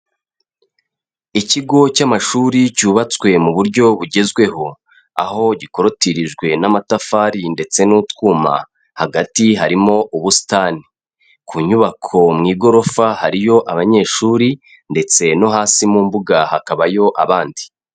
Ikigo cy'amashuri cyubatswe mu buryo bugezweho, aho gikorotirijwe n'amatafari ndetse n'utwuma hagati harimo ubusitani, ku nyubako mu igorofa hariyo abanyeshuri ndetse no hasi mu mbuga hakabayo abandi.